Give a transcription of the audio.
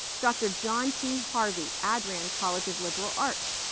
dr. john t. harvey, addran college of liberal arts,